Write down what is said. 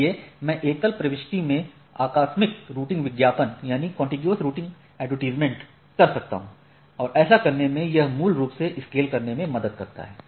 इसलिए मैं एकल प्रविष्टि में आकस्मिक रूटिंग विज्ञापन कर सकता हूं और ऐसा करने में यह मूल रूप से स्केल करने में मदद करता है